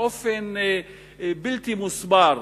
באופן בלתי מוסבר,